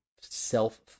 self